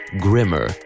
Grimmer